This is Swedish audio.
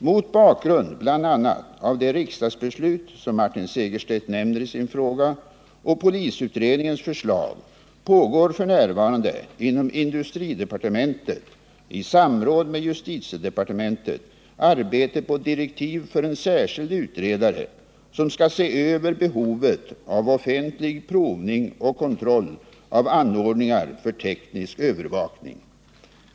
Mot bakgrund bl.a. av det riksdagsbeslut som Martin Segerstedt nämner i sin fråga och polisutredningens förslag pågår f. n. inom industridepartemen Yet, i samråd med justitiedepartementet, arbete på direktiv för en särskild utredare, som skall se över behovet av offentlig provning och kontroll av anordningar för teknisk övervakning.